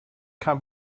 can